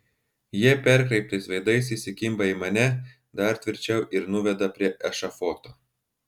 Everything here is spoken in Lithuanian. jie perkreiptais veidais įsikimba į mane dar tvirčiau ir nuveda prie ešafoto